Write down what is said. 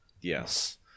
Yes